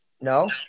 No